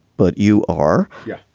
but you are yeah.